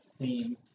theme